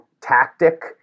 tactic